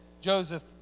Joseph